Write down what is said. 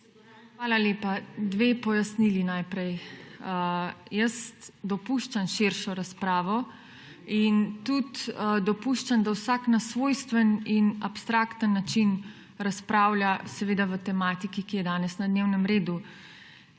Hvala lepa. Dve pojasnili najprej. Dopuščam širšo razpravo in tudi dopuščam, da vsak na svojstven in abstrakten način razpravlja seveda o tematiki, ki je danes na dnevnem redu.